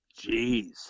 Jeez